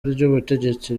ry’ubutegetsi